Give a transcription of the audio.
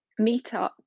meetup